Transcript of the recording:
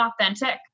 authentic